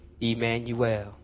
Emmanuel